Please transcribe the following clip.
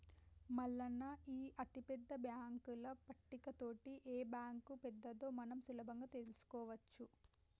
మల్లన్న ఈ అతిపెద్ద బాంకుల పట్టిక తోటి ఏ బాంకు పెద్దదో మనం సులభంగా తెలుసుకోవచ్చు